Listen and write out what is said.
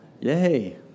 Yay